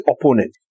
opponent